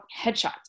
headshots